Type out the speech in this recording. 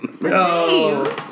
No